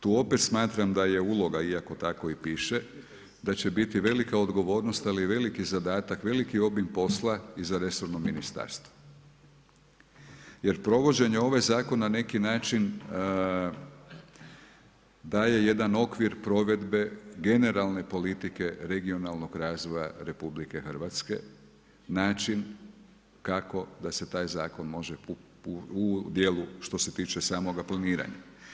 Tu opet smatram da je uloga, iako tako i piše da će biti velika odgovornost, ali i veliki zadatak, veliki obim posla i za resorno ministarstvo jer provođenje ovog zakona na neki način daje jedan okvir provedbe generalne politike regionalnog razvoja RH, način kako da se taj zakon može u dijelu što se tiče samoga planiranja.